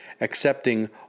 Accepting